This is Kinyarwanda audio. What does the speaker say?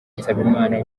nsabimana